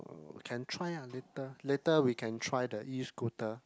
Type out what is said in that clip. oh can try ah later later we can try the E-Scooter